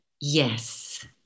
yes